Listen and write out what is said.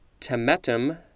temetum